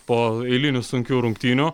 po eilinių sunkių rungtynių